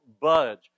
budge